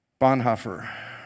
Bonhoeffer